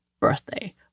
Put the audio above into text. birthday